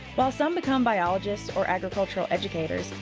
while some become biologists or agricultural educators,